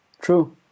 True